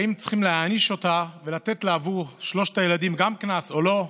האם צריכים להעניש אותה ולתת לה קנס גם עבור שלושת הילדים או לא.